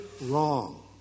wrong